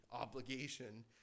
obligation